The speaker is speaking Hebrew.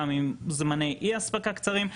גם עם זמני אי אספקה קצרים,